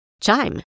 Chime